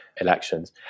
elections